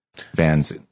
vans